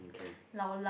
okay